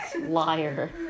Liar